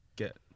get